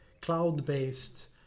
cloud-based